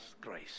grace